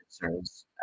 concerns